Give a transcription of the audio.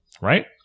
Right